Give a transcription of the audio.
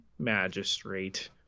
magistrate